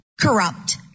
corrupt